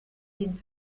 den